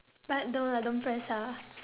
but don't lah don't press ah